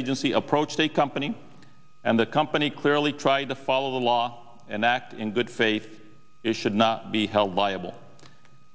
agency approached a company and the company clearly tried to follow the law and act in good faith it should not be held liable